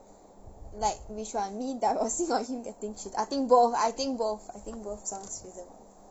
like which [one] me divorcing or him getting cheat I think both I think both I think both sounds feasible